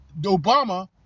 Obama